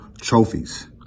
trophies